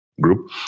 group